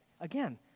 again